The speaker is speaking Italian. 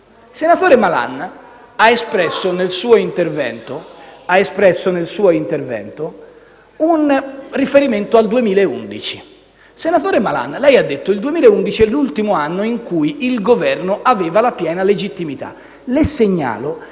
senatore Malan ha espresso nel suo intervento un riferimento al 2011. Senatore Malan, lei ha detto che il 2011 è stato l'ultimo anno in cui il Governo aveva la piena legittimità. Le segnalo